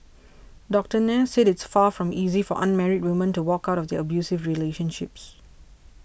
Doctor Nair said it's far from easy for unmarried women to walk out of their abusive relationships